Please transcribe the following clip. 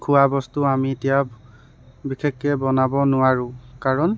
খোৱা বস্তু আমি এতিয়া বিশেষকৈ বনাব নোৱাৰোঁ কাৰণ